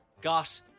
got